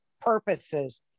purposes